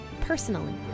personally